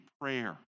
prayer